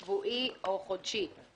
חופשי שבועי או חופשי חודשי.